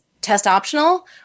test-optional